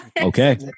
Okay